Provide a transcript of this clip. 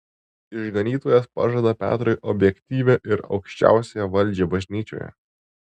išganytojas pažada petrui objektyvią ir aukščiausiąją valdžią bažnyčioje